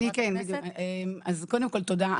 אני כן, אז קודם כל תודה.